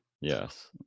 Yes